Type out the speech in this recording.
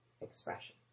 expression